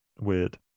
weird